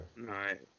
right